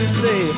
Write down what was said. say